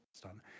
done